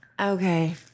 Okay